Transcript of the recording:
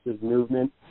movement